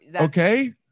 okay